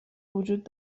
وجود